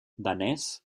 danès